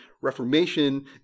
Reformation